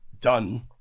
done